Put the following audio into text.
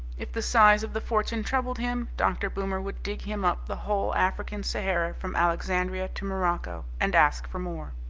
if the size of the fortune troubled him, dr. boomer would dig him up the whole african sahara from alexandria to morocco and ask for more.